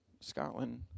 Scotland